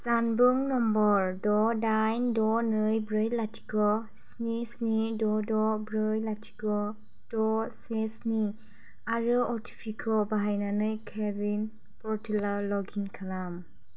जानबुं नम्बर द' दाइन द' नै ब्रै लाथिख' स्नि स्नि द' द' ब्रै लाथिख' द' से स्नि आरो अ टि पि खौ बाहायनानै क विन पर्टेलाव लग इन खालाम